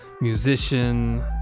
musician